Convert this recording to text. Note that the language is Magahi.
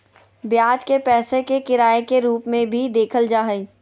ब्याज के पैसे के किराए के रूप में भी देखल जा हइ